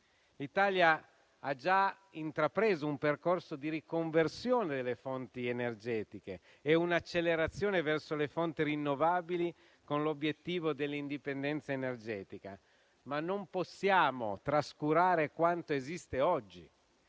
L'Italia ha già intrapreso un percorso di riconversione delle fonti energetiche e un'accelerazione verso le fonti rinnovabili, con l'obiettivo dell'indipendenza energetica, ma non possiamo trascurare quanto esiste oggi